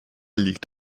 liegt